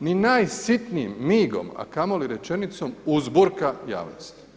ni najsitnijim migom, a kamoli rečenicom uzburka javnost.